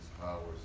powers